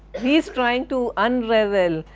he is trying to unravel.